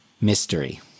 mystery